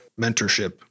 mentorship